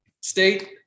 state